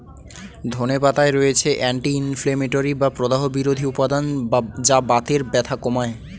ধনে পাতায় রয়েছে অ্যান্টি ইনফ্লেমেটরি বা প্রদাহ বিরোধী উপাদান যা বাতের ব্যথা কমায়